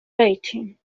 latin